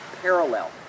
parallel